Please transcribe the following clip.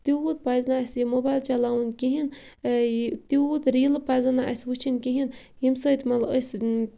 تیوٗت پَزِ نہٕ اَسہِ یہِ موبایل چَلاوُن کِہیٖنۍ یہِ تیوٗت ریٖلہٕ پَزَن نہٕ اَسہِ وٕچھِنۍ کِہیٖنۍ ییٚمہِ سۭتۍ مطلب أسۍ